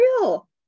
real